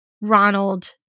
Ronald